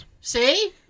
See